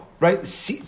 Right